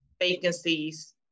vacancies